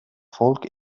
folk